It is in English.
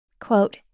Quote